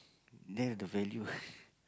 that's the value ah